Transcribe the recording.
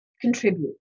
contribute